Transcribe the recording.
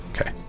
Okay